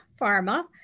Pharma